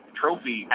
trophy